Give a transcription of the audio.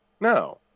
No